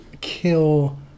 kill